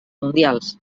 mundials